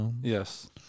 Yes